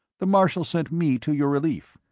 the marshal sent me to your relief.